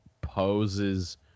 poses